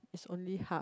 is only half